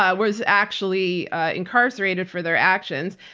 ah was actually incarcerated for their actions.